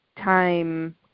time